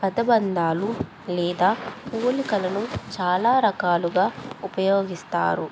పదబంధాలు లేదా పోలికలను చాలా రకాలుగా ఉపయోగిస్తారు